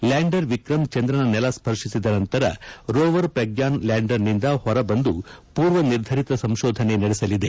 lander Vikram ಚಂದ್ರನ ನೆಲ ಸ್ಪರ್ಶಿಸಿದ ನಂತರ ರೋವರ್ ಪ್ರಗ್ನಾನ್ ಲ್ಯಾಂಡರ್ನಿಂದ ಹೊರಬಂದು ಪೂರ್ವ ನಿಧರಿತ ಸಂಶೋಧನೆ ನಡೆಸಲಿದೆ